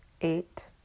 eight